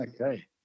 Okay